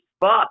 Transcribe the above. fuck